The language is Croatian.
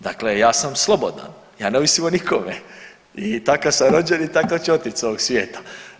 Dakle, ja sam slobodan, ja ne ovisim o nikome i takav sam rođen i takav ću otići sa ovog svijeta.